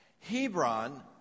Hebron